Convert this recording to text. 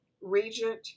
Regent